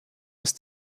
ist